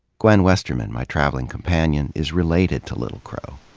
gwen westerman, my traveling companion, is related to little crow.